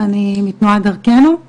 אז תפסיקו את הצביעות הזאת ותפסיקו את השקר